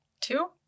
Two